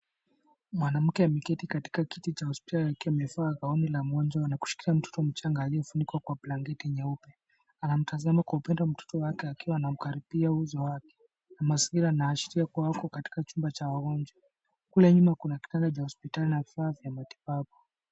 Mwanamke ameketi katika kiti cha hospitali akiwa amevaa gauni la mgonjwa na kushikilia mtoto mchanga aliyefunikwa kwa blanketi nyeupe. Anamtazama kwa upande mtoto wake akiwa anamkaribia uso wake. Mazingira yanaashiria kua wako chumba cha wagonjwa. Kule nyuma kuna kitanda cha hospitali na vifaa vya matibabu.